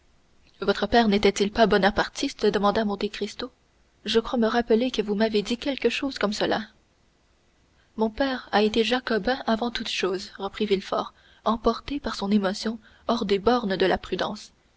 votre père n'était-il pas bonapartiste demanda monte cristo je crois me rappeler que vous m'avez dit quelque chose comme cela mon père a été jacobin avant toutes choses reprit villefort emporté par son émotion hors des bornes de la prudence